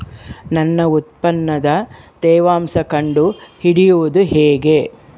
ನನ್ನ ಉತ್ಪನ್ನದ ತೇವಾಂಶ ಕಂಡು ಹಿಡಿಯುವುದು ಹೇಗೆ?